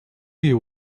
you